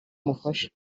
amufasha